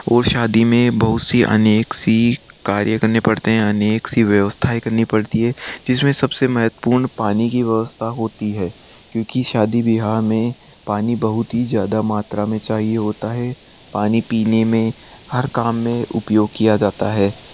और शादी में बहुत सी अनेक सी कार्य करने पड़ते हैं अनेक सी व्यवस्थाएँ करनी पड़ती हैं जिसमें सबसे महत्वपूर्ण पानी की व्यवस्था होती है क्योंकि शादी ब्याह में पानी बहुत ही ज़्यादा मात्रा में चाहिए होता है पानी पीने में हर काम में उपयोग किया जाता है